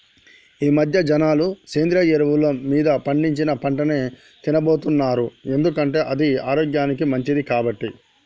ఈమధ్య జనాలు సేంద్రియ ఎరువులు మీద పండించిన పంటనే తిన్నబోతున్నారు ఎందుకంటే అది ఆరోగ్యానికి మంచిది కాబట్టి